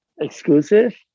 exclusive